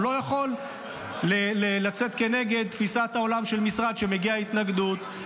לא יכול לצאת נגד תפיסת עולם של משרד שמביע התנגדות.